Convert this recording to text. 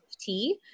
tea